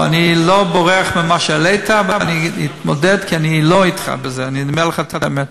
למשל, אתן לך דוגמה,